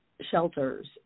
shelters